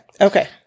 Okay